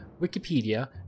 Wikipedia